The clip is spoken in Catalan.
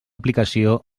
aplicació